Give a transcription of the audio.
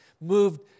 moved